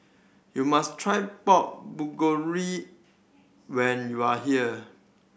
you must try Pork when you are here